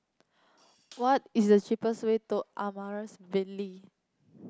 what is the cheapest way to Amaryllis Ville